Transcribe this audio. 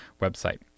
website